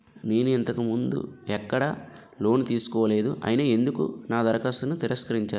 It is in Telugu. నేను ఇంతకు ముందు ఎక్కడ లోన్ తీసుకోలేదు అయినా ఎందుకు నా దరఖాస్తును తిరస్కరించారు?